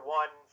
one